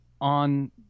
on